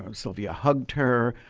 um sylvia hugged her.